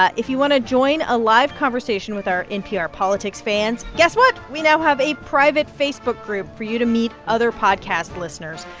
ah if you want to join a live conversation with our npr politics fans, guess what. we now have a private facebook group for you to meet other podcast listeners.